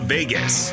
Vegas